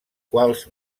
quals